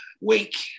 week